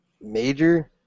Major